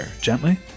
Gently